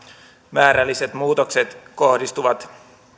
määrälliset muutokset kohdistuvat